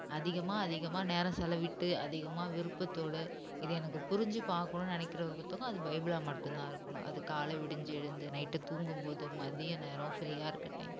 அதிகமாக அதிகமாக நேரம் செலவிட்டு அதிகமாக விருப்பத்தோட இது எனக்கு புரிஞ்சு பார்க்கணுனு நினைக்கிற ஒரு புத்தகம் அது பைபிளாக மட்டும் தான் இருக்கணும் அது கால விடிஞ்சு எழுந்து நைட்டு தூங்கும்போது மதிய நேரம் ஃப்ரீயாக இருக்க டைம்